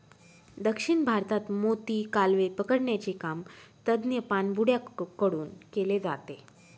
दक्षिण भारतात मोती, कालवे पकडण्याचे काम तज्ञ पाणबुड्या कडून केले जाते